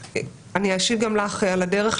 אני אשיב גם לך גבי לסקי על הדרך,